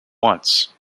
once